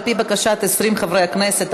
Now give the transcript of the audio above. על-פי בקשת 20 חברי כנסת,